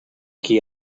qui